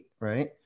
right